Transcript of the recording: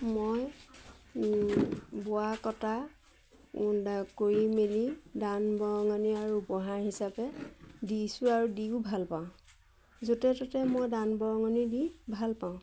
মই বোৱা কটা কৰি মেলি দান বৰঙণি আৰু উপহাৰ হিচাপে দিছোঁ আৰু দিও ভাল পাওঁ য'তে ত'তে মই দান বৰঙনি দি ভাল পাওঁ